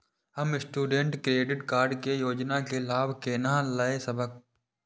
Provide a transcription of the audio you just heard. हम student credit card के योजना के लाभ केना लय सकब?